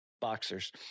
Boxers